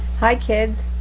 hi, kids,